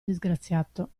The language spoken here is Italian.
disgraziato